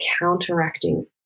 counteracting